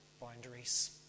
boundaries